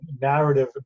narrative